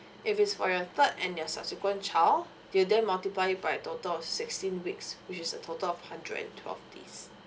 if it's for your third and your subsequent child you then multiply it by a total of sixteen weeks which is a total of hundred and twelve days